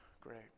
great